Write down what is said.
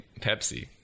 Pepsi